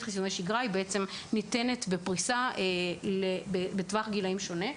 חיסוני השגרה ניתנת בפריסה בטווח גילים שונה.